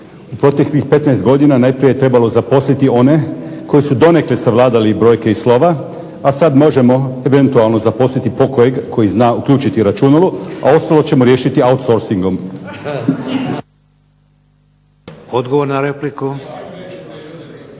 U proteklih 15 godina najprije je trebalo zaposliti one koji su donekle savladali brojke i slova, a sad možemo eventualno zaposliti pokojeg koji zna uključiti računalo, a ostalo ćemo riješiti outsourcing. **Šeks,